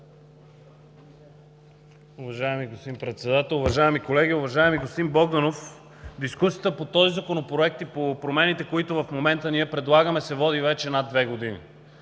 Уважаеми господин Председател, уважаеми колеги! Уважаеми господин Богданов, дискусията по този Законопроект и по промените, които в момента ние предлагаме, се води вече над две години.